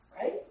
right